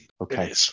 Okay